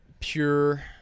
Pure